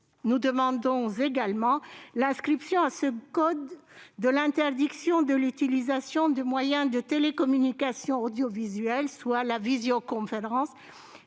Nous demandions également l'inscription dans ce code de l'interdiction de l'utilisation des moyens de télécommunication audiovisuels, soit la visioconférence,